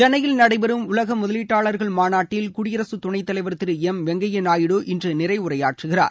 சென்னையில் நடைபெறும் உலக முதலீட்டாளா்கள் மாநாட்டில் குடியரசுத் துணைத்தலைவா் திரு எம் வெங்கையா நாயுடு இன்று நிறைவுரையாற்றுகிறார்